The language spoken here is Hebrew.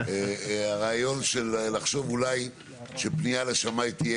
הרעיון של לחשוב אולי שפנייה לשמאי תהיה